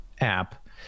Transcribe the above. app